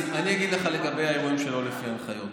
אני אגיד לך לגבי האירועים שלא לפי ההנחיות.